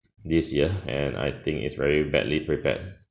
this year and I think it's very badly prepared